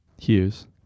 Hughes